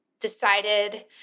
decided